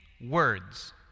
words